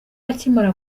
akimara